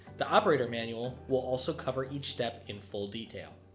the operator manual will also cover each step in full detail.